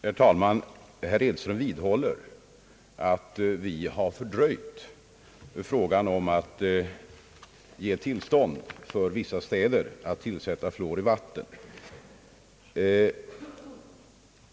Herr talman! Herr Edström vidhåller att vi har fördröjt frågan om att ge vissa städer tillstånd att tillsätta fluor i vattnet.